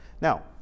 Now